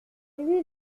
lui